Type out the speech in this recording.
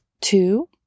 Two